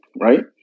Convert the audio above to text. right